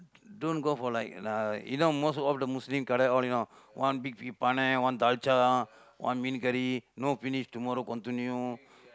don't go for like uh you know most of the Muslim kadai all you know one big big paanai one dalcha one meen kari kari you know finish tomorrow continue